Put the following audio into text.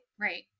right